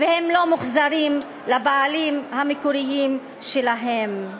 והם לא מוחזרים לבעלים המקוריים שלהם.